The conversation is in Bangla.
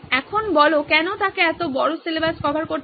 এখন বলুন কেন তাকে এত বড় সিলেবাস কভার করতে হবে